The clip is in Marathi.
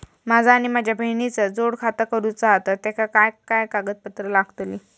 माझा आणि माझ्या बहिणीचा जोड खाता करूचा हा तर तेका काय काय कागदपत्र लागतली?